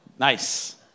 nice